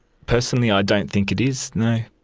personally, i don't think it is, no.